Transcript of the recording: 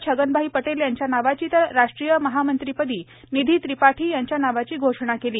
छगनभाई पटेल यांच्या नावाची तर राष्ट्रीय महामंत्रिपदी निधी त्रिपाठी यांच्या नावाची घोषणा केली